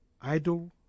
idle